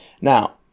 now